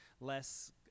less